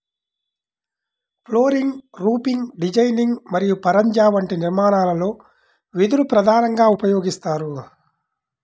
flooring, roofing designing మరియు పరంజా వంటి నిర్మాణాలలో వెదురు ప్రధానంగా ఉపయోగిస్తారు